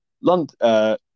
London